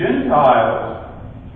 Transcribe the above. Gentiles